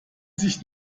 sich